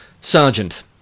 Sergeant